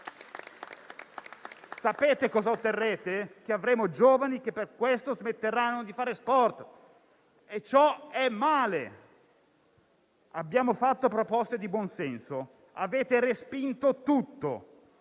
Sapete cosa otterremo? Avremo giovani che, per questo, smetteranno di fare sport e ciò è male. Abbiamo fatto proposte di buon senso e avete respinto tutto,